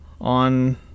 on